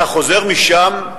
אתה חוזר משם,